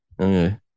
Okay